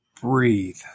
breathe